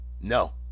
No